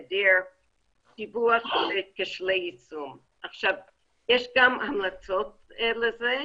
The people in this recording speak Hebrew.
היעדר --- יש גם המלצות לזה,